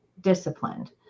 disciplined